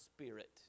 Spirit